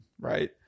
right